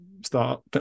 start